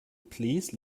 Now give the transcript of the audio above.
please